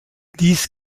dies